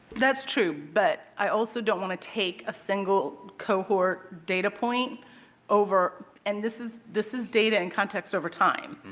that's true, but i also don't want to take a single cohort data point over and this is this is data and context over time.